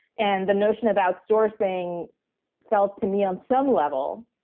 and the notion about sourcing felt to me, on some level,